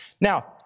Now